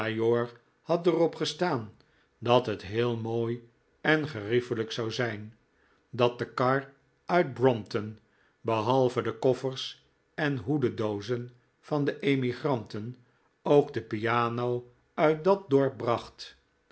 had er op gestaan dat het heel mooi en geriefelijk zou zijn dat de kar uit brompton behalve de koffers en hoedendoozen van de emigranten ook de piano uit dat dorp bracht